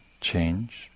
change